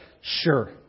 Sure